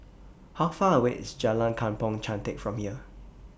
How Far away IS Jalan Kampong Chantek from here